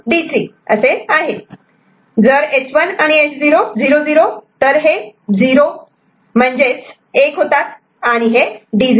जर S1 आणि S0 00 तर हे 0 म्हणजेच 1 होतात आणि हे D0